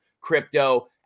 crypto